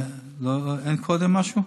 אין קודם משהו?